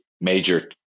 major